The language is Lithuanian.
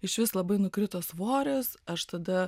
išvis labai nukrito svoris aš tada